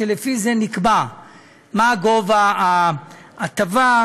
לפיהם נקבע מה גובה ההטבה,